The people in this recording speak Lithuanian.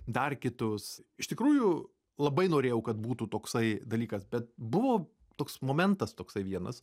dar kitus iš tikrųjų labai norėjau kad būtų toksai dalykas bet buvo toks momentas toksai vienas